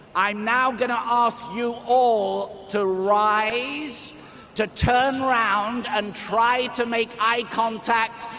i'm now going to ask you all to rise to turn round and try to make eye contact,